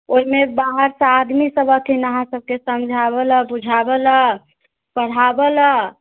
ओहिमे बाहरसँ आदमीसब अएथिन अहाँके समझाबैलए बुझाबैलए पढ़ाबैलए